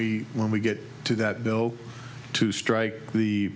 we when we get to that bill to strike the